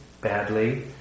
badly